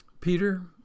Peter